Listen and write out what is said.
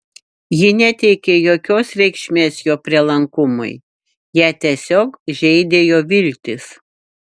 ji neteikė jokios reikšmės jo prielankumui ją tiesiog žeidė jo viltys